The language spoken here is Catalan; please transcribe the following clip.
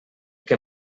que